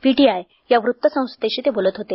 PTI या वृत्तसंस्थेशी ते बोलत होते